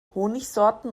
honigsorten